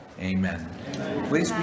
Amen